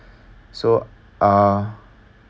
so uh